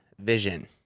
vision